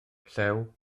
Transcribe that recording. llew